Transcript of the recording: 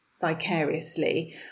vicariously